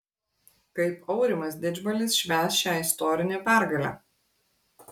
kaip aurimas didžbalis švęs šią istorinę pergalę